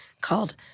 called